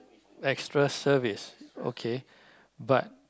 extra service okay but